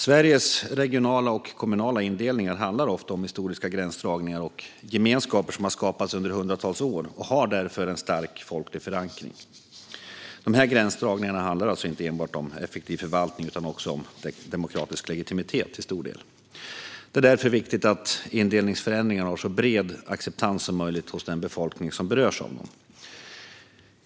Sveriges regionala och kommunala indelningar handlar ofta om historiska gränsdragningar och gemenskaper som har skapats under hundratals år och därför har en stark folklig förankring. Gränsdragningarna handlar alltså inte enbart om effektiv förvaltning utan också till stor del om demokratisk legitimitet. Det är därför viktigt att indelningsförändringar har så bred acceptans som möjligt hos den befolkning som berörs av dem.